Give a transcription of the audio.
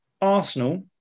Arsenal